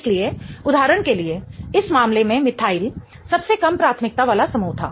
इसलिए उदाहरण के लिए इस मामले में मिथाइल सबसे कम प्राथमिकता वाला समूह था